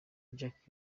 jack